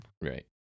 Right